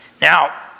Now